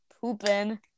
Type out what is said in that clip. pooping